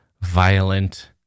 violent